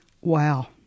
Wow